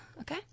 Okay